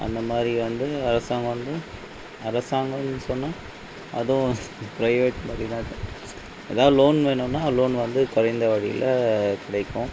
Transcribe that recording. அந்தமாதிரி வந்து அரசாங்கம் வந்து அரசாங்கம்ன்னு சொன்னால் அதுவும் பிரைவேட் மாதிரிதான் எதாவது லோன் வேணும்னா லோன் வந்து குறைந்த வட்டியில் கிடைக்கும்